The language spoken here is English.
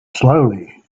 slowly